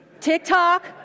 TikTok